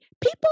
People